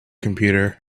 computer